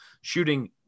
shooting